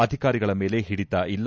ಅಧಿಕಾರಿಗಳ ಮೇಲೆ ಹಿಡಿತ ಇಲ್ಲ